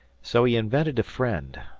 so he invented a friend,